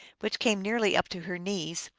which came nearly up to her knees,